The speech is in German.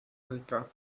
rica